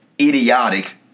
idiotic